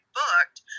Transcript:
booked